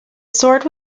sword